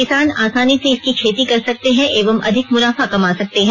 किसान आसानी से इसकी खेती कर सकते हैं एवं अधिक मुनाफा कमा सकते हैं